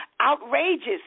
Outrageous